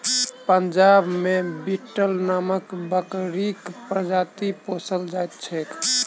पंजाब मे बीटल नामक बकरीक प्रजाति पोसल जाइत छैक